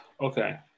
Okay